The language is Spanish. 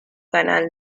canal